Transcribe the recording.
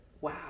Wow